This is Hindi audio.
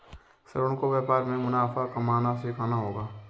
श्रवण को व्यापार में मुनाफा कमाना सीखना होगा